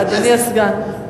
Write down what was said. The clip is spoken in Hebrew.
אדוני הסגן.